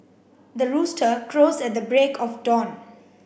the rooster crows at the break of dawn